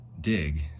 dig